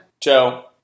Joe